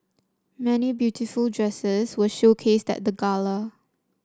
many beautiful dresses were showcased at the gala